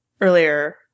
earlier